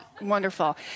Wonderful